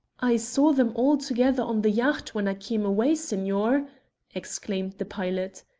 i saw them all together on the yacht when i came away, signor, exclaimed the pilot.